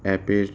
অ্যাপের